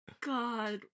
God